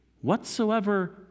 whatsoever